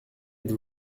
êtes